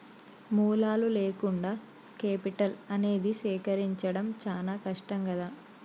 మూలాలు లేకుండా కేపిటల్ అనేది సేకరించడం చానా కష్టం గదా